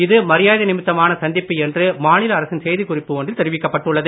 இது மரியாதை நிமித்மான இந்த சந்திப்பு என்று மாநில அரசின் செய்தி குறிப்பு ஒன்றில் தெரிவிக்கப்பட்டுள்ளது